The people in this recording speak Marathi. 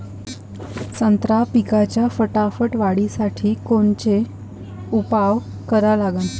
संत्रा पिकाच्या फटाफट वाढीसाठी कोनचे उपाव करा लागन?